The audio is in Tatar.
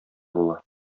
була